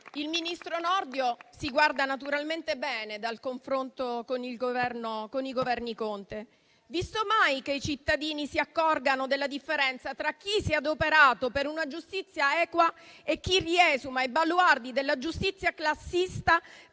Il ministro Nordio si guarda naturalmente bene dal confronto con i Governi Conte: non sia mai che i cittadini si accorgano della differenza tra chi si è adoperato per una giustizia equa e chi riesuma i baluardi della giustizia classista,